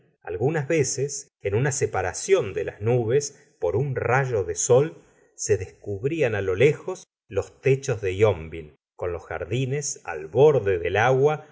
algunas veces en una separación de las nubes por un rayo de sol se descubrían los lejos los techos de yonville con los jardines al borde del agua